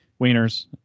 Wieners